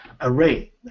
array